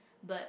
but